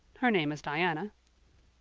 her name is diana.